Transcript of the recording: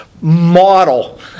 model